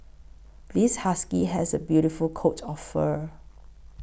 this husky has a beautiful coat of fur